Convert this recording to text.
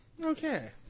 Okay